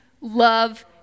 love